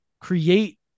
create